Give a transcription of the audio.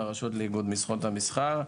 מהרשות לאיגוד לשכות המסחר.